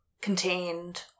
contained